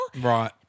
Right